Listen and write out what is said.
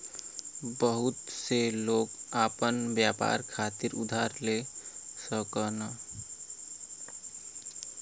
बहुत से लोग आपन व्यापार खातिर उधार ले सकलन